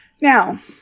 Now